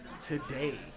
today